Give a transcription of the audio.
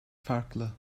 farklı